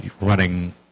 running